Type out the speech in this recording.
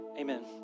Amen